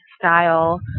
style